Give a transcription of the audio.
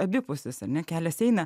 abipusis ar ne kelias eina